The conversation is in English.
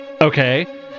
Okay